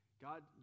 God